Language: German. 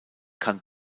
kann